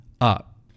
up